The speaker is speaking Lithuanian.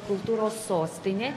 kultūros sostinė